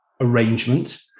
arrangement